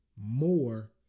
more